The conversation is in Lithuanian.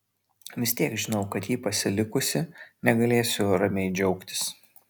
vis tiek žinau kad jį pasilikusi negalėsiu ramiai džiaugtis